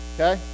Okay